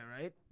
right